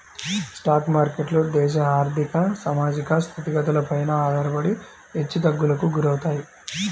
stock మార్కెట్లు దేశ ఆర్ధిక, సామాజిక స్థితిగతులపైన ఆధారపడి హెచ్చుతగ్గులకు గురవుతాయి